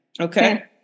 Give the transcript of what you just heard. Okay